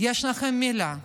יש לכם מילה,